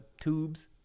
tubes